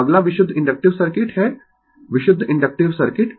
तो अगला विशुद्ध इन्डक्टिव सर्किट है विशुद्ध इन्डक्टिव सर्किट